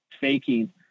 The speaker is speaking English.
faking